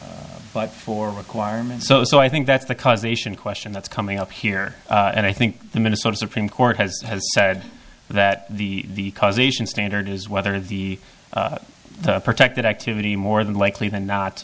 a but for requirement so so i think that's the causation question that's coming up here and i think the minnesota supreme court has said that the causation standard is whether the protected activity more than likely than not